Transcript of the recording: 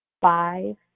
five